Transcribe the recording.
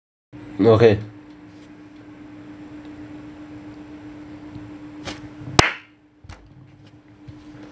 okay